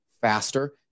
faster